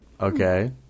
Okay